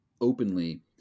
openly